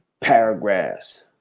paragraphs